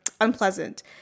unpleasant